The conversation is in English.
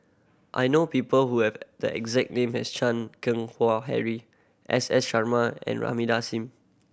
I know people who have the exact name as Chan Keng Howe Harry S S Sarma and Rahimah Thing